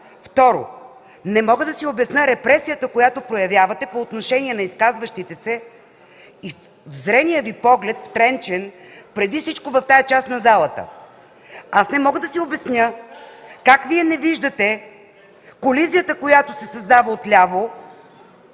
Второ, не мога да си обясня репресията, която проявявате по отношение на изказващите се, и взрения Ви поглед, втренчен преди всичко в тази част на залата. (Показва групата на ГЕРБ.) Не мога да си обясня как Вие не виждате колизията, която се създава отляво,